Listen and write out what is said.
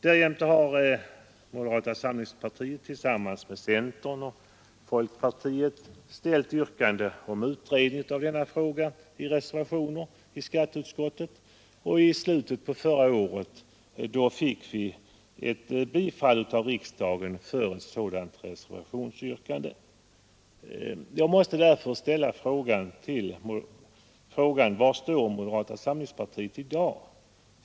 Därjämte har moderata samlingspartiet tillsammans med centern och folkpartiet i reservationer i skatteutskottet ställt yrkande om utredning av denna fråga, och i slutet på förra året biföll riksdagen ett sådant reservationsyrkande. Jag måste därför ställa frågan: Var står moderata samlingspartiet i dag?